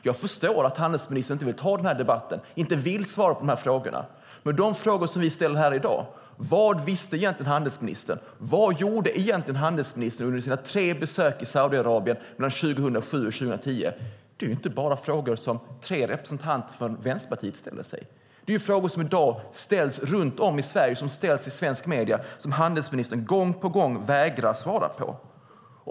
Jag förstår att handelsministern inte vill ta denna debatt. Hon vill inte svara på frågorna: Vad visste egentligen handelsministern? Vad gjorde handelsministern egentligen under sina tre besök i Saudiarabien mellan 2007 och 2010? Det här är inte frågor som bara tre representanter från Vänsterpartiet ställer, utan det är frågor som ställs runt om i Sverige och av svenska medier i dag och som handelsministern gång på gång vägrar att svara på.